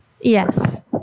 yes